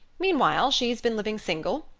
meanwhile, she's been living single,